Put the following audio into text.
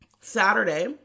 Saturday